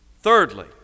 thirdly